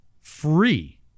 free